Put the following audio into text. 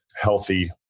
healthy